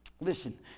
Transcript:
listen